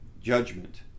judgment